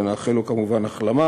ונאחל לו כמובן החלמה,